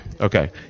Okay